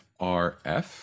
rf